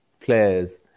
players